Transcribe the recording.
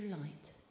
light